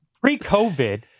Pre-COVID